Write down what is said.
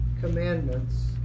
commandments